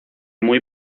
muy